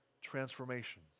transformation